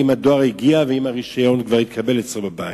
הדואר הגיע ואם הרשיון כבר התקבל אצלו בבית.